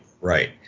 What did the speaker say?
right